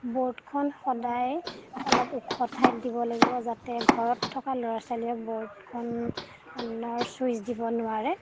বৰ্ডখন সদায় অলপ ওখ ঠাইত দিব লাগিব যাতে ঘৰত থকা ল'ৰা ছোৱালীয়ে বৰ্ডখনৰ ছুইচ দিব নোৱাৰে